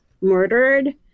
murdered